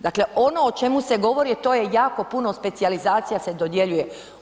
Dakle ono o čemu se govori a to je jako puno specijalizacija se dodjeljuje.